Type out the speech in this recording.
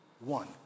one